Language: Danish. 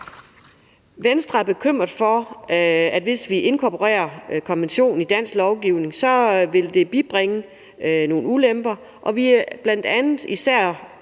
Venstre er bekymrede for, at hvis vi inkorporerer konventionen i dansk lovgivning, vil det bibringe nogle ulemper, og vi er bl.a. især